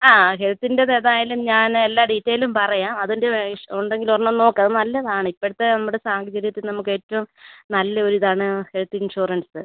ആ ഹെൽത്തിൻ്റെ ഏതായാലും ഞാൻ എല്ലാ ഡീറ്റെയിലും പറയാം അതിൻ്റെ ഇഷ് ഉണ്ടെങ്കിൽ ഒരെണ്ണം നോക്ക് അത് നല്ലതാണ് ഇപ്പോഴത്തെ നമ്മുടെ സാഹചര്യത്തിൽ നമുക്ക് ഏറ്റവും നല്ല ഒരു ഇതാണ് ഹെൽത്ത് ഇൻഷുറൻസ്